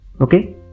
Okay